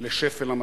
לשפל המדרגה?